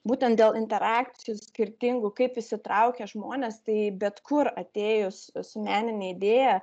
būtent dėl interakcijų skirtingų kaip įsitraukia žmonės tai bet kur atėjus su menine idėja